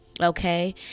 Okay